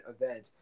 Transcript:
event